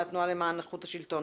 מהתנועה למען איכות השלטון,